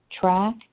track